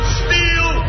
steel